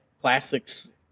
plastics